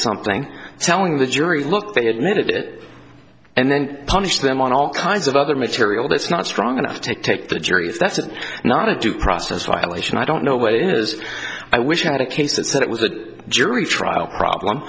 something telling the jury look they admit it and then punish them on all kinds of other material that's not strong enough to take the jury that's not a due process violation i don't know what it is i wish i had a case that said it was that jury trial problem